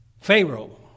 Pharaoh